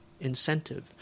incentive